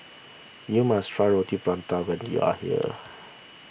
you must try Roti Prata when you are here